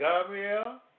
Gabriel